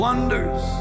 Wonders